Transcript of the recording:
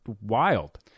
wild